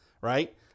Right